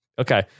Okay